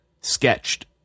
sketched